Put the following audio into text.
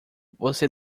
você